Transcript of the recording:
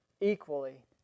equally